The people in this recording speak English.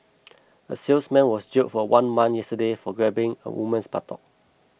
a salesman was jailed for one month yesterday for grabbing a woman's buttock